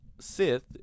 sith